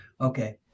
Okay